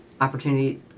opportunity